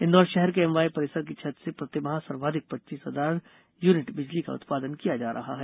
इंदौर शहर के एमवाय परिसर की छत से प्रतिमाह सर्वाधिक पच्चीस हजार यूनिट बिजली का उत्पादन किया जा रहा है